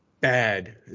bad